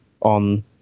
on